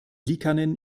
liikanen